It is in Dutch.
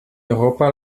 europa